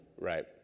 Right